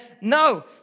No